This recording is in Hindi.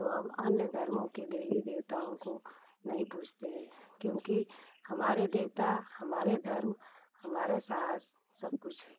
तो हम अन्य धर्म की देवी देवताओं को नहीं पूजते हैं क्योंकि हमारे देवता हमारा धर्म हमारा साहस सब कुछ है